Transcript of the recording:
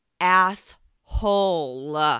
asshole